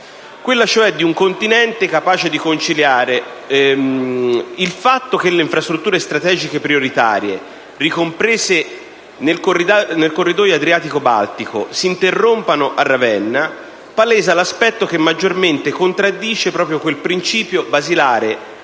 e regioni periferiche e marittime. Il fatto che le infrastrutture strategiche prioritarie, ricomprese nel corridoio adriatico-baltico, si interrompano a Ravenna palesa l'aspetto che maggiormente contraddice proprio quel principio basilare